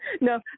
No